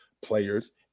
players